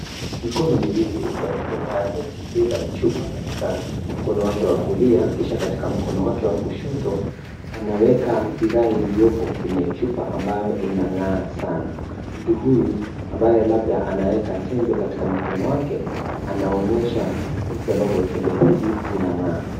Mikono miwili ya mtu ambaye amebeba chupa katika mkono wake wa kulia kisha katika mkono wake wa kushoto, anaweka bidhaa iliyopo kwenye chupa ambayo inang'aa sana. Mtu huyu ambaye labda anaweka tembe katika mkono wake anaonyesha jinsi ambavyo tembe hizi zinang'aa.